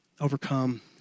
overcome